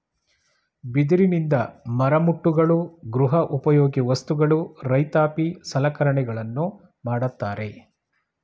ಬಿದಿರಿನಿಂದ ಮರಮುಟ್ಟುಗಳು, ಗೃಹ ಉಪಯೋಗಿ ವಸ್ತುಗಳು, ರೈತಾಪಿ ಸಲಕರಣೆಗಳನ್ನು ಮಾಡತ್ತರೆ